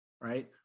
right